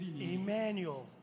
Emmanuel